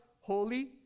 holy